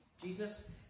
Jesus